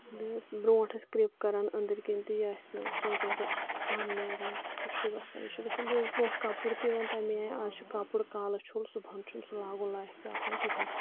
برونٛٹھ ٲسۍ کِرٛپ کران أنٛدٕرۍ کِنۍ تہٕ یہِ ٲسۍ نہٕ سونٛچان کہِ اَتھ چھِ پَن نیران ہُہ چھُ گژھان یہِ چھُ گژھان بیٚیہِ اوس برونٛٹھ کَپُڑ تہِ یِوَن تَمے آیہِ اَز چھُ کَپُر کالہٕ چھُول صُبحن چھُنہٕ سُہ لاگُن لایق تہِ آسان کِہیٖنۍ